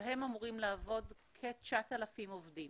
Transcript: בהם אמורים לעבוד כ-9,000 עובדים.